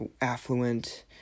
affluent